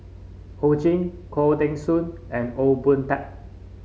Ho Ching Khoo Teng Soon and Ong Boon Tat